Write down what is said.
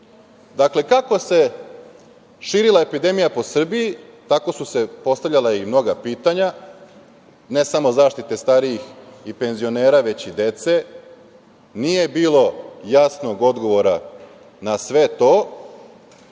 Dakle, kako se širila epidemija po Srbiji, tako su se postavljala i mnoga pitanja, ne samo zaštite starijih i penzionera, već i dece. Nije bilo jasnog odgovora na sve to,